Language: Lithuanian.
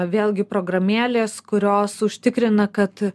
vėlgi programėlės kurios užtikrina kad